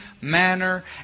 manner